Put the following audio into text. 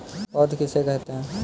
पौध किसे कहते हैं?